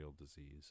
disease